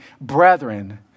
brethren